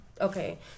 Okay